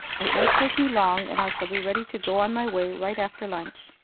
it won't take me long, and i shall be ready to go on my way right after lunch.